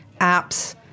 apps